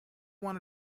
want